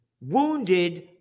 wounded